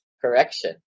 correction